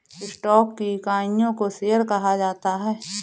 stock की इकाइयों को शेयर कहा जाता है